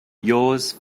yours